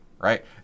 Right